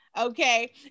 Okay